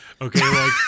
Okay